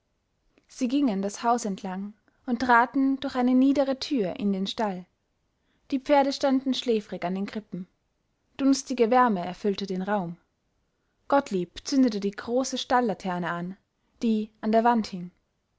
sie gingen das haus entlang und traten durch eine niedere tür in den stall die pferde standen schläfrig an den krippen dunstige wärme erfüllte den raum gottlieb zündete die große stallaterne an die an der wand hing